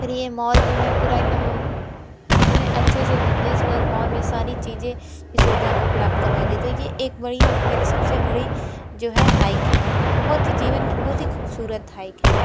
फिर ये मॉल जो है पूरा एकदम इतने अच्छे से बिजनेस हुआ एक मॉल में सारी चीज़ें सुविधा उपलब्ध करवा दी तो यह एक बड़ी मेरी सबसे बड़ी जो है हाइक है ये बहुत ही जीवन की बहुत ही खूबसूरत हाईक है